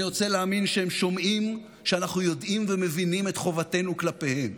אני רוצה להאמין שהם שומעים שאנחנו יודעים ומבינים את חובתנו כלפיהם.